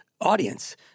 audience